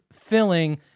filling